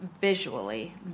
visually